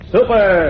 Super